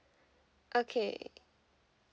okay